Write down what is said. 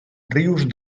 rius